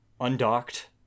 undocked